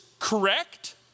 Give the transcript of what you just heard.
correct